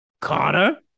Connor